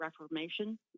Reformation